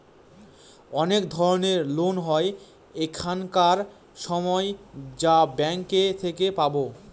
অনেক ধরনের লোন হয় এখানকার সময় যা ব্যাঙ্কে থেকে পাবো